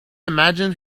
imagine